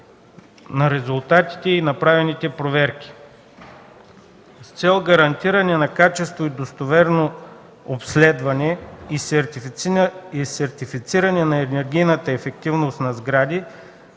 на резултатите и направените проверки. С цел гарантиране на качество и достоверно обследване и сертифициране на енергийната ефективност на сгради